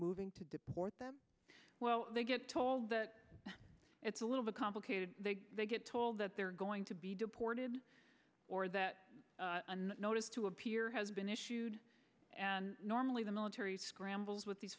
moving to deport them well they get told that it's a little bit complicated they get told that they're going to be deported or that a notice to appear has been issued and normally the military scrambles with these